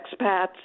expats